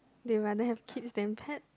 they rather have kids than pet